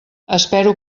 espero